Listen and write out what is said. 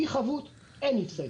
כאשר לא הייתה חבות לא הייתה הצטיידות.